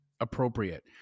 appropriate